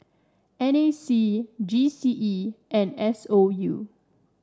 N A C G C E and S O U